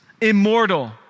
immortal